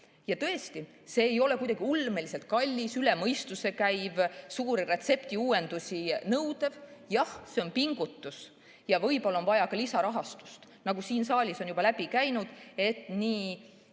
Tõesti, see ei ole kuidagi ulmeliselt kallis, üle mõistuse käiv, suuri retseptiuuendusi nõudev. Jah, see on pingutus ja võib-olla on vaja ka lisarahastust, nagu siin saalis on juba läbi käinud, et nii